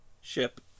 ship